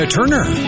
Turner